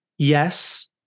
Yes